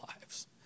lives